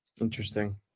Interesting